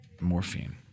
morphine